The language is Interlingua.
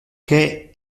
que